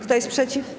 Kto jest przeciw?